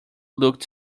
looked